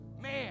man